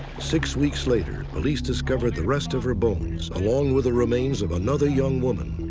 six weeks later, police discovered the rest of her bones along with the remains of another young woman.